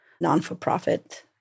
non-for-profit